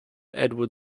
edward